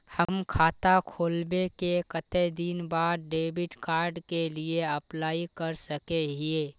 हम खाता खोलबे के कते दिन बाद डेबिड कार्ड के लिए अप्लाई कर सके हिये?